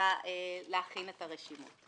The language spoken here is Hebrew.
אלא להכין את הרשימות.